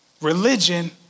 Religion